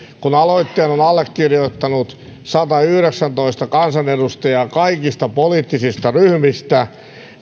kun aloitteen on allekirjoittanut satayhdeksäntoista kansanedustajaa kaikista poliittisista ryhmistä